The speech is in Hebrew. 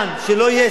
שלא יהיו 20%